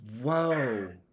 Whoa